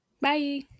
Bye